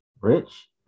rich